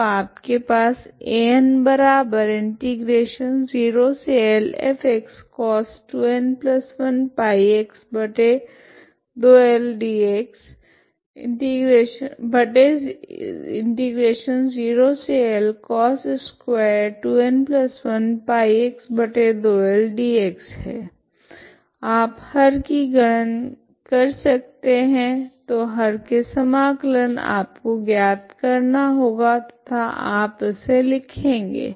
तो आपके पास है आप हर की गणन कर सकते है तो हर के समाकलन आपको ज्ञात करना होगा तथा आप इसे लिखेगे